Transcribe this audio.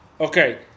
Okay